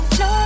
no